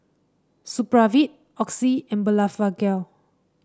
Supravit Oxy and Blephagel